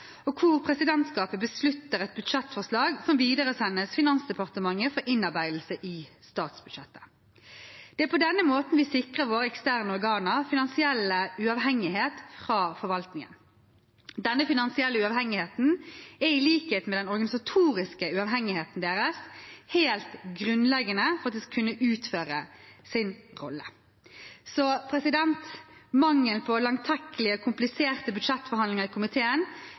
og der presidentskapet beslutter et budsjettforslag som videresendes til Finansdepartementet for innarbeidelse i statsbudsjettet. Det er på denne måten vi sikrer våre eksterne organer finansiell uavhengighet fra forvaltningen. Denne finansielle uavhengigheten er i likhet med den organisatoriske uavhengigheten deres helt grunnleggende for at de skal kunne utføre sin rolle. Så mangelen på langtekkelige og kompliserte budsjettforhandlinger i komiteen